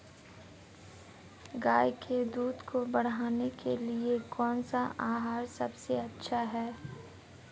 गाय के दूध को बढ़ाने के लिए कौनसा आहार सबसे अच्छा है?